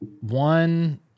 one